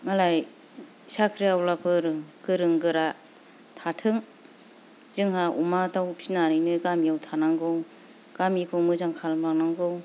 मालाय साख्रि आवलाफोर गोरों गोरा थाथों जोंहा अमा दाउ फिसिनानैनो गामियाव थानांगौ गामिखौ मोजां खालामलांनांगौ